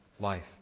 Life